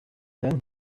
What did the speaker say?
then